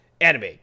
anime